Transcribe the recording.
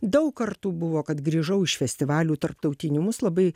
daug kartų buvo kad grįžau iš festivalių tarptautinių mus labai